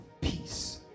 peace